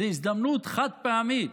זו הזדמנות חד-פעמית,